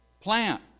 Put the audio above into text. Plant